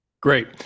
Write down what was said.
Great